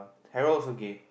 Harolds okay